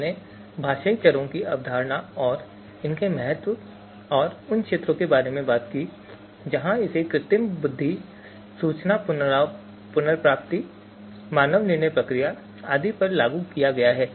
हमने भाषाई चरों की अवधारणा और इसके महत्व और उन क्षेत्रों के बारे में बात की जहां इसे कृत्रिम बुद्धि सूचना पुनर्प्राप्ति मानव निर्णय प्रक्रिया आदि जैसे लागू किया गया है